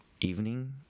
evening